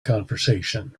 conversation